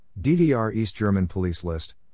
DDR-East-German-Police-List